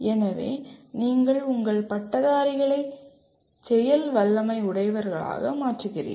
எனவே நீங்கள் உங்கள் பட்டதாரிகளை செயல் வல்லமை உடையவர்களாக மாற்றுகிறீர்கள்